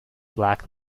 black